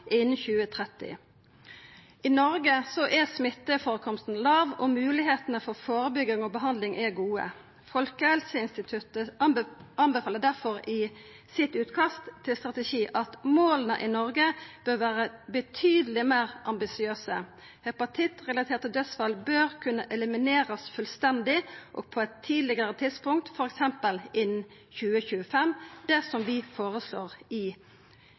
2030 I Noreg er smitteførekomsten låg, og moglegheitene for førebygging og behandling er gode. Folkehelseinstituttet anbefaler difor i utkastet til strategi at måla i Noreg bør vera betydeleg meir ambisiøse. Hepatitt-relaterte dødsfall bør kunna eliminerast fullstendig og på eit tidlegare tidspunkt, f. eks innan 2025 – det som vi føreslår i